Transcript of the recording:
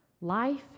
Life